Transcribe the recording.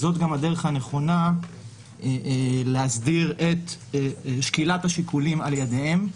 זו הדרך הנכונה להסדיר את שקילת השיקולים על-ידם.